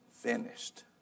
finished